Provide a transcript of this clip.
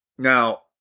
Now